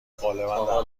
غالبا